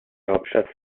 hauptstadt